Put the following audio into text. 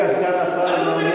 הוא מכפיש